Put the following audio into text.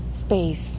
space